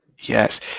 Yes